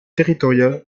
territorial